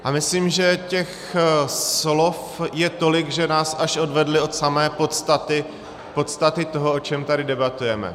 A myslím, že těch slov je tolik, že nás až odvedla od samé podstaty, podstaty toho, o čem tady debatujeme.